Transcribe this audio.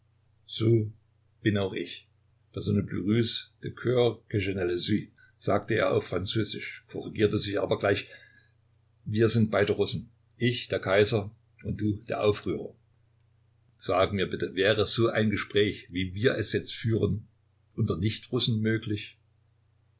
so bin auch ich personne n'est plus russe de coeur que je ne le suis sagte er auf französisch korrigierte sich aber gleich wir sind beide russen ich der kaiser und du der aufrührer sag mir bitte wäre so ein gespräch wie wir es jetzt führen unter nichtrussen möglich